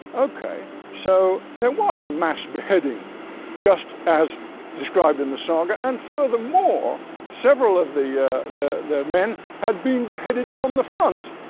okay, so there was a mass beheading just as described in the saga, and furthermore several of the the men had been beheaded from the front,